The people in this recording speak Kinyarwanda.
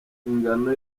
ingano